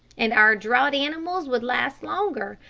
and our draught animals would last longer,